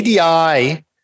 ADI